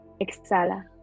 Exhala